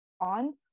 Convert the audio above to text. on